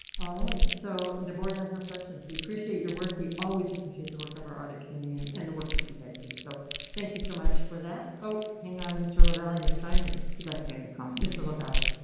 alright, so the board has no questions. we appreciate your work. we always appreciate the work of our audit committee and and the work that you guys do. so thank you so much for that. oh hang on, mr. lavalley has joined in. if you'd like to make a comment. mr lavalley,